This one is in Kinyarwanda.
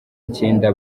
icyenda